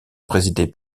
présidée